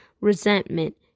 resentment